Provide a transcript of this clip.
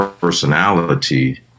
personality